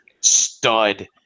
stud